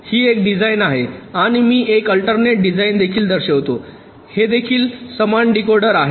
ही एक डिझाइन आहे आणि मी एक अल्टर्नेट डिझाइन देखील दर्शवितो हे देखील समान डीकोडर आहे